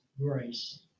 grace